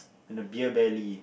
and a beer belly